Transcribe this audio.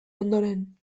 ondoren